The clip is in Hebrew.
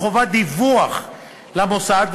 או חובת דיווח למוסד,